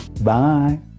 Bye